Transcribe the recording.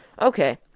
Okay